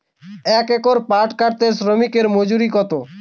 এক একর পাট কাটতে শ্রমিকের মজুরি কত?